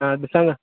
हां सांगा